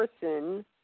person